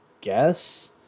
guess